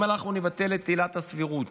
אם אנחנו נבטל את עילת הסבירות